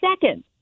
second